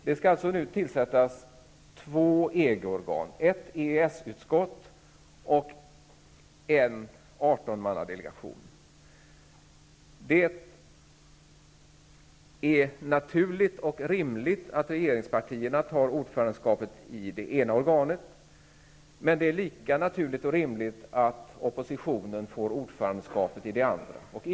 Nu skall två EG-organ tillsättas, nämligen ett EES-utskott och en artonmannadelegation. Det är naturligt och rimligt att regeringspartierna får ordförandeskapet i det ena organet. Men det är lika naturligt och rimligt att oppositionen får ordförandeskapet i det andra organet.